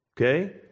Okay